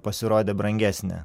pasirodė brangesnė